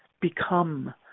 become